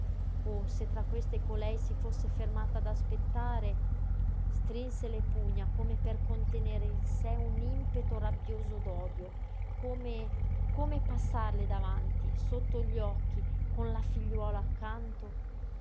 oh se tra queste colei si fosse fermata ad aspettare strinse le pugna come per contenere in sé un impeto rabbioso d'odio come come passarle davanti sotto gli occhi con la figliuola accanto